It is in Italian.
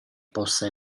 possa